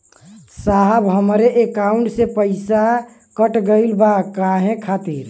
साहब हमरे एकाउंट से पैसाकट गईल बा काहे खातिर?